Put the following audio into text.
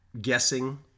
guessing